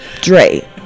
Dre